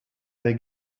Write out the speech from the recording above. they